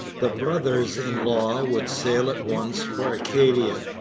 the brothers-in-law would sail at once for acadia,